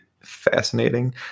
fascinating